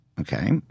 Okay